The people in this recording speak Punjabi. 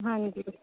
ਹਾਂਜੀ